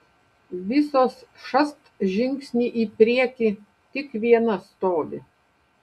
visos šast žingsnį į priekį tik viena stovi